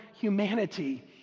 humanity